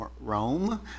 Rome